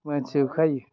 मिन्थिजोबखायो